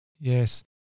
Yes